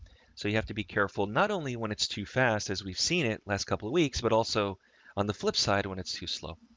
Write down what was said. so you have to be careful, not only when it's too fast, as we've seen it last couple of weeks, but also on the flip side, when it's too slow.